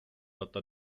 data